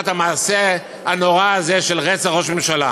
את המעשה הנורא הזה של רצח ראש ממשלה,